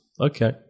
Okay